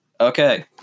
Okay